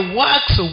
works